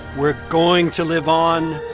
we're going to live on.